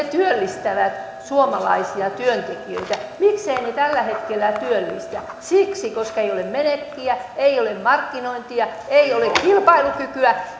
työllistävät suomalaisia työntekijöitä niin mikseivät ne tällä hetkellä työllistä siksi koska ei ole menekkiä ei ole markkinointia ei ole kilpailukykyä